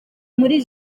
muri